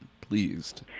pleased